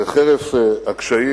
חרף הקשיים,